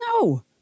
No